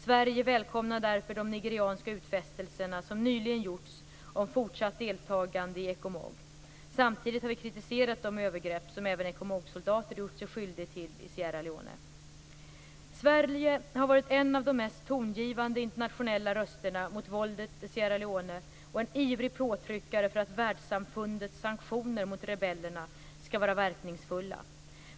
Sverige välkomnar därför de nigerianska utfästelser som nyligen gjorts om ett fortsatt deltagande i Ecomog. Samtidigt har vi kritiserat de övergrepp som även Ecomogsoldater gjort sig skyldiga till i Sierra Leone. Sverige har varit en av de mest tongivande internationella rösterna mot våldet i Sierra Leone och en ivrig påtryckare för att världssamfundets sanktioner mot rebellerna skall vara verkningsfulla.